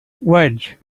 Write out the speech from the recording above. wedge